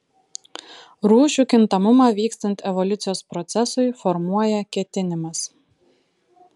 rūšių kintamumą vykstant evoliucijos procesui formuoja ketinimas